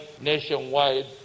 nationwide